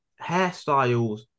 hairstyles